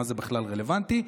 למה זה בכלל רלוונטי?